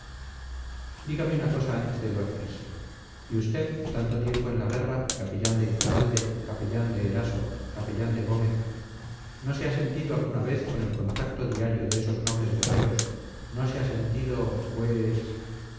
dígame una cosa antes de dormirse y usted tanto tiempo en la guerra capellán de iturralde capellán de eraso capellán de gómez no se ha sentido alguna vez con el contacto diario de esos nobles guerreros no se ha sentido pues